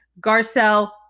Garcelle